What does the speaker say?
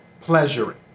pleasuring